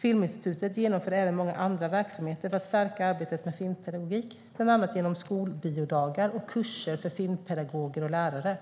Filminstitutet genomför även många andra verksamheter för att stärka arbetet med filmpedagogik, bland annat genom skolbiodagar och kurser för filmpedagoger och lärare.